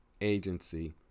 agency